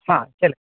हा चल